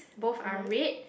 both are red